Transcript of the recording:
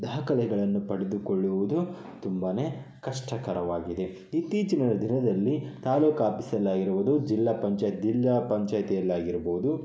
ದಾಖಲೆಗಳನ್ನು ಪಡೆದುಕೊಳ್ಳುವುದು ತುಂಬ ಕಷ್ಟಕರವಾಗಿದೆ ಇತ್ತೀಚಿನ ದಿನದಲ್ಲಿ ತಾಲೂಕು ಆಫೀಸಲ್ಲಾಗಿರ್ಬೋದು ಜಿಲ್ಲಾ ಪಂಚಾಯತ್ ಜಿಲ್ಲಾ ಪಂಚಾಯತಿಯಲ್ಲಾಗಿರ್ಬೋದು